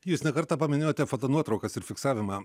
jūs ne kartą paminėjote fotonuotraukas ir fiksavimą